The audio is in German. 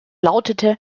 lautete